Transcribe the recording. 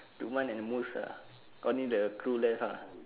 lukman and mus ah only the crew left ah